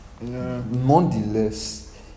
Nonetheless